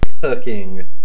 cooking